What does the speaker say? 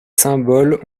symboles